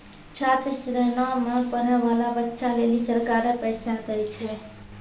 छात्र ऋणो मे पढ़ै बाला बच्चा लेली सरकारें पैसा दै छै